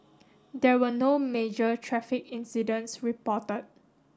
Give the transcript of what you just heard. there were no major traffic incidents reported